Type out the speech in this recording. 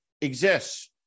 exists